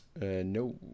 No